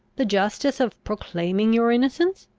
the justice of proclaiming your innocence?